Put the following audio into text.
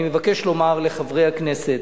אני מבקש לומר לחברי הכנסת: